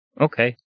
okay